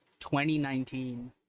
2019